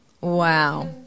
Wow